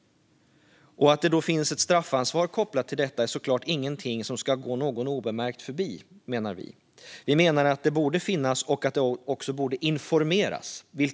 Att det finns ett straffansvar kopplat till detta är såklart ingenting som ska gå någon obemärkt förbi. Vi menar att det borde finnas och att det också borde informeras om det.